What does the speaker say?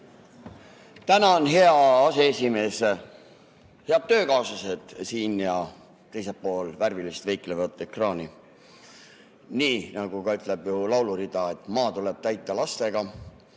Tänan, hea aseesimees! Head töökaaslased siin ja teisel pool värvilist veiklevat ekraani! Nii nagu ütleb ju laulurida, et maa tuleb täita lastega